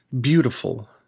beautiful